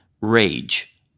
Rage